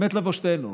באמת לבושתנו,